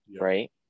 Right